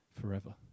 forever